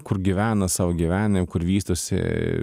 kur gyvena sau gyvena kur vystosi